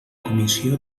comissió